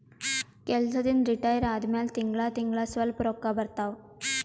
ಕೆಲ್ಸದಿಂದ್ retire ಆದಮ್ಯಾಲ ತಿಂಗಳಾ ತಿಂಗಳಾ ಸ್ವಲ್ಪ ರೊಕ್ಕಾ ಬರ್ತಾವ